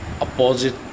opposite